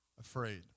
afraid